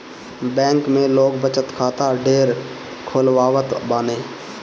bank में लोग बचत खाता ढेर खोलवावत बाने